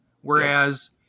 Whereas